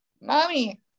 mommy